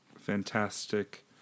fantastic